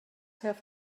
have